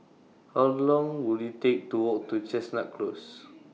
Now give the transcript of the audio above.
How Long Will IT Take to Walk to Chestnut Close